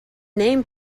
name